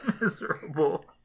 miserable